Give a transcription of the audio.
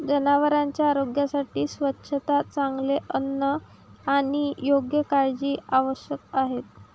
जनावरांच्या आरोग्यासाठी स्वच्छता, चांगले अन्न आणि योग्य काळजी आवश्यक आहे